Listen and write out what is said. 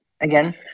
Again